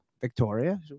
Victoria